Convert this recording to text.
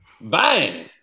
Bang